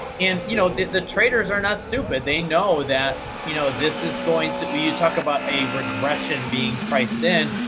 and you know the the traders are not stupid. they know that you know this is going to you talk about a regression being priced in.